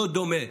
לא דומה.